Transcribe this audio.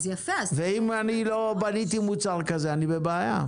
ואם אני לא בניתי מוצר כזה, אני בבעיה.